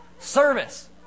service